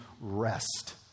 rest